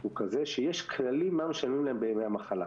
הוא כזה שיש כללים מה משלמים להם בימי המחלה.